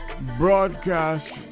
broadcast